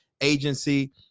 agency